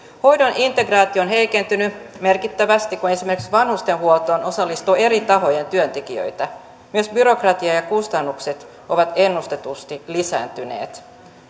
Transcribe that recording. hoidon integraatio on heikentynyt merkittävästi kun esimerkiksi vanhustenhuoltoon osallistuu eri tahojen työntekijöitä myös byrokratia ja kustannukset ovat ennustetusti lisääntyneet